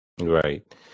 Right